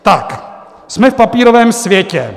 Tak, jsme v papírovém světě.